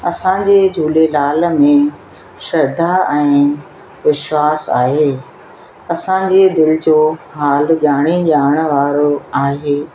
असांजे झूलेलाल में श्रद्धा ऐं विश्वास आहे असांजी दिलि जो हाल ॼाणी ॼाण वारो आहे